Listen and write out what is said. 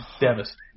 devastated